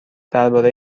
درباره